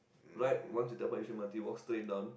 right once you tap out yishun m_r_t walk straight down